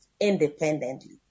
independently